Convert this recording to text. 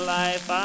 life